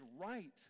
right